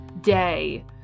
day